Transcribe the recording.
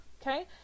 okay